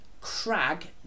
crag